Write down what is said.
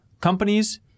companies